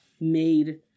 made